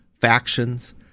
factions